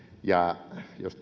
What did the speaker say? ja jos